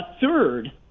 third